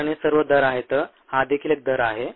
कारण हे सर्व दर आहेत हा देखील एक दर आहे